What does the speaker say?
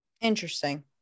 Interesting